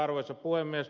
arvoisa puhemies